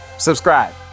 subscribe